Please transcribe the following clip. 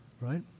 Right